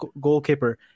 goalkeeper